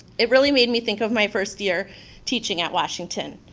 it really made me think of my first year teaching at washington.